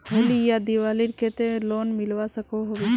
होली या दिवालीर केते लोन मिलवा सकोहो होबे?